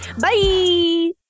Bye